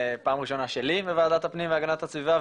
פעם ראשונה שלי בוועדת הפנים והגנת הסביבה,